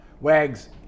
Wags